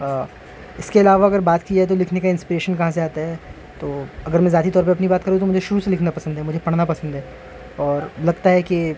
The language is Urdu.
اس کے علاوہ اگر بات کی ہے تو لکھنے کا انسپریشن کہاں سے آتا ہے تو اگر میں ذاتی طور پر اپنی بات کروں تو مجھے شروع سے لکھنا پسند ہے مجھے پڑھنا پسند ہے اور لگتا ہے کہ